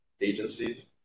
agencies